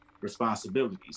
responsibilities